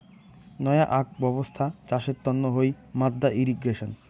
নয়া আক ব্যবছ্থা চাষের তন্ন হই মাদ্দা ইর্রিগেশন